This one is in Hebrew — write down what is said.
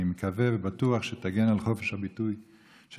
אני מקווה ובטוח שתגן על חופש הביטוי של